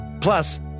Plus